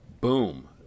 boom